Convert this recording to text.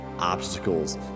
obstacles